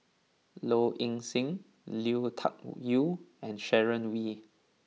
Low Ing Sing Lui Tuck Yew and Sharon Wee